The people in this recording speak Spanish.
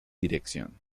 dirección